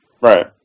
Right